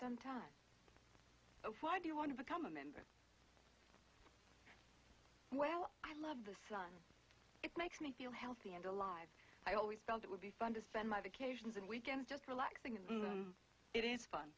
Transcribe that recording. some time so why do you want to become a member well i love the sun it makes me feel healthy and alive i always felt it would be fun to spend my vacations and weekends just relaxing in the room it is fun